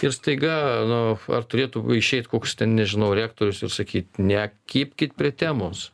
ir staiga nu ar turėtų išeit koks ten nežinau rektorius ir sakyt nekibkit prie temos